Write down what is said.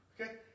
Okay